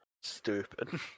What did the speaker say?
Stupid